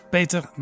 Peter